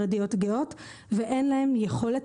גאות ואין לנשים יכולת,